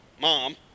mom